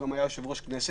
היה גם יושב-ראש כנסת,